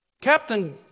Captain